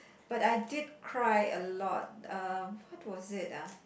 but I did cry a lot uh what was it ah